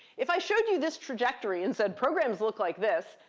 if i showed you this trajectory and said, programs look like this,